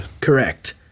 Correct